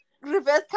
reverse